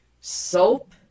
Soap